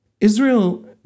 Israel